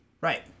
Right